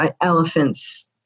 elephants